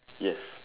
yes